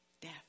death